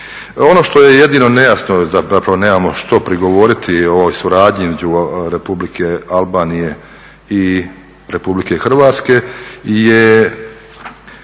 Ono što je jedino nejasno zapravo nemamo što prigovoriti ovoj suradnji između Republike Albanije i Republike Hrvatske je